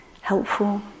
helpful